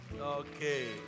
Okay